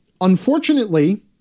unfortunately